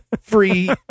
free